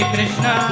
Krishna